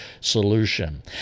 solution